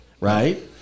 right